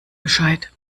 bescheid